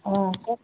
অঁ কওক